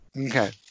Okay